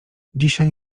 dzisiaj